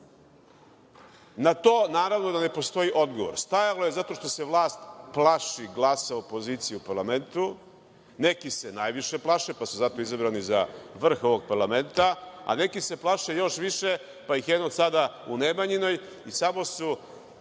Na to naravno da ne postoji odgovor. Stajalo je zato što se vlast plaši glasa opozicije u parlamentu, neki se najviše plaše, pa su zato izabrani za vrh ovog parlamenta, a neki se plaše još više pa ih eno sada u Nemanjinoj i samo su